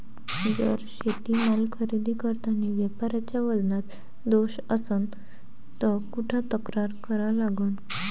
जर शेतीमाल खरेदी करतांनी व्यापाऱ्याच्या वजनात दोष असन त कुठ तक्रार करा लागन?